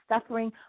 suffering